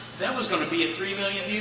that was gonna be a three million view